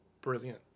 Brilliant